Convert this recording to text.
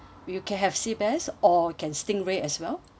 you can have sea bass or can stingray as well